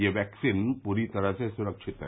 यह वैक्सीन पूरी तरह से सुरक्षित है